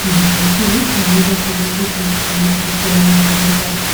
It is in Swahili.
Na eneo hili, limeweza kuzungukwa na maghorofa ya aina mbalimbali.